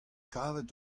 kavet